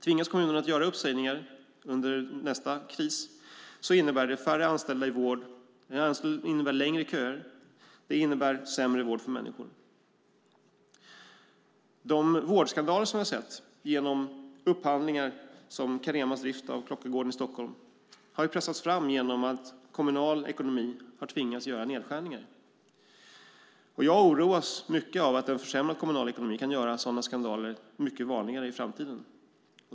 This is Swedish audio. Tvingas kommunerna göra uppsägningar under nästa kris innebär det färre anställda i vården, längre köer och sämre vård för människor. De vårdskandaler vi har sett genom upphandlingar, som Caremas drift av Koppargården i Stockholm, har pressats fram genom att kommunal ekonomi har tvingats göra nedskärningar. Jag oroas mycket av att en försämrad kommunal ekonomi kan göra att sådana skandaler blir mycket vanligare i framtiden.